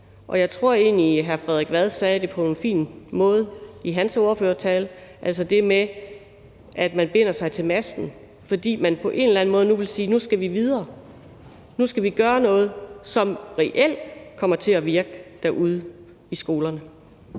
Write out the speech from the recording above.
Jeg synes egentlig, hr. Frederik Vad sagde det på en fin måde i sin ordførertale. Det var det med, at man binder sig til masten, fordi man på en eller anden måde nu vil sige: Nu skal vi videre, nu skal vi gøre noget, som reelt kommer til at virke derude i skolerne.